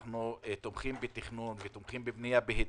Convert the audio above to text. אנחנו תומכים בתכנון ותומכים בבנייה בהיתר,